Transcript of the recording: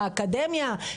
באקדמיה,